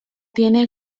tiene